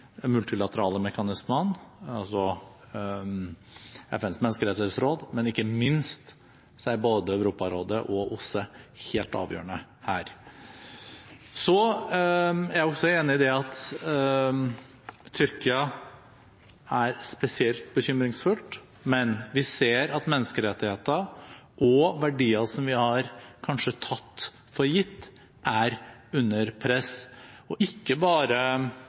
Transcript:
multilaterale mekanismene og FNs menneskerettighetsråd, men ikke minst er både Europarådet og OSSE helt avgjørende her. Jeg er også enig i at Tyrkia er spesielt bekymringsfullt, men vi ser at menneskerettigheter og verdier som vi kanskje har tatt for gitt, er under press ikke bare